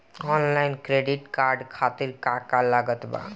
Online credit card खातिर का का लागत बा?